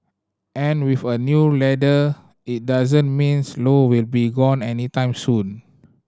and with a new leader it doesn't means Low will be gone anytime soon